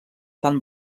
tant